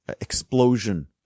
explosion